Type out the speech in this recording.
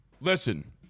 Listen